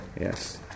Yes